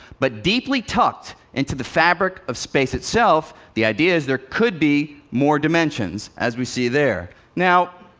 but deeply tucked into the fabric of space itself, the idea is there could be more dimensions, as we see there. now